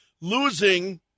Losing